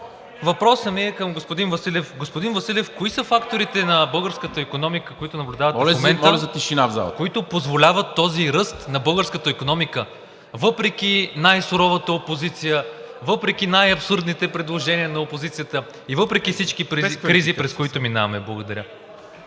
Въпросът ми е към господин Василев. Господин Василев, кои са факторите на българската икономика, които наблюдавате в момента, които позволяват този ръст на българската икономика въпреки най-суровата опозиция, въпреки най-абсурдните предложения на опозицията и въпреки всички кризи, през които минаваме? Благодаря.